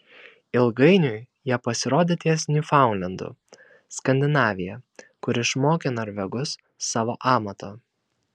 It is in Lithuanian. ilgainiui jie pasirodė ties niufaundlendu skandinavija kur išmokė norvegus savo amato